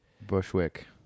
bushwick